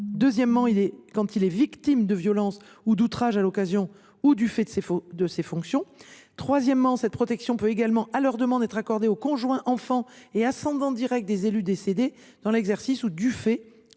Deuxièmement, l’élu est victime de violences ou d’outrages à l’occasion ou du fait de ses fonctions. Troisièmement, cette protection peut également, à leur demande, être accordée aux conjoints, enfants et ascendants directs des élus décédés dans l’exercice ou du fait